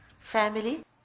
Family